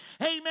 Amen